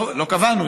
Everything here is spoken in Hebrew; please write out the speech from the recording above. לא קבענו,